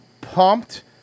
pumped